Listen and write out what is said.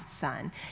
son